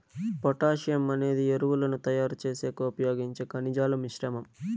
potassium అనేది ఎరువులను తయారు చేసేకి ఉపయోగించే ఖనిజాల మిశ్రమం